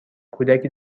کودکی